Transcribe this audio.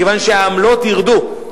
מכיוון שהעמלות ירדו.